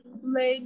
Late